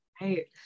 Right